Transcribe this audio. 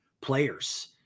players